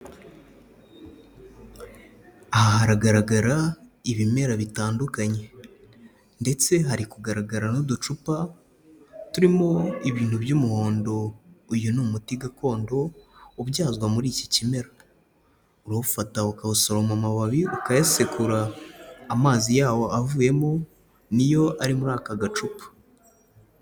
Aha haragaragara ibimera bitandukanye ndetse hari kugaragara n'uducupa turimo ibintu by'umuhondo, uyu ni umuti gakondo ubyazwa muri iki kimera, urawufata ukawusoroma amababi ukayasekura, amazi yawo avuyemo niyo ari muri aka gacupa.